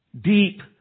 deep